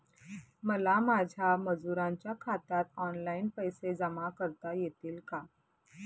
मला माझ्या मजुरांच्या खात्यात ऑनलाइन पैसे जमा करता येतील का?